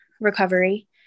recovery